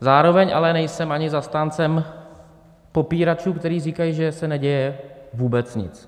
Zároveň ale nejsem ani zastáncem popíračů, kteří říkají, že se neděje vůbec nic.